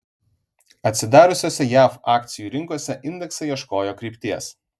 atsidariusiose jav akcijų rinkose indeksai ieškojo krypties